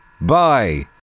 bye